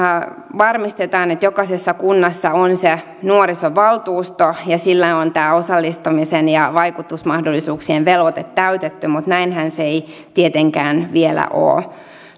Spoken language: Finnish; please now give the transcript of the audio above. varmistetaan että jokaisessa kunnassa on se nuorisovaltuusto niin sillä on tämä osallistumisen ja vaikutusmahdollisuuksien velvoite täytetty mutta näinhän se ei tietenkään vielä ole